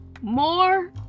more